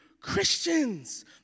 Christians